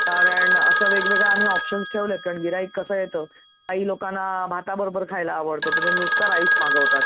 कारण असं वेगवेगळं आम्ही ऑपशन्स ठेवले आहेत कारण गिऱ्हाईक कसं येतं काही लोकांना भाताबरोबर खायला आवडतो तर ते नुसता राईस मागवतात